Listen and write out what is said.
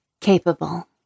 Capable